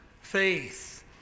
faith